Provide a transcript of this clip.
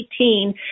2018